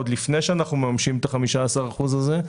עוד לפני שאנחנו מממשים את ה-15 אחוזים האלה,